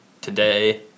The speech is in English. today